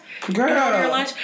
Girl